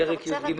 הרגיל.